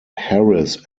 harris